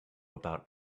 about